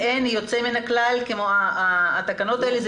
אין יוצא מן הכלל כמו התקנות האלה,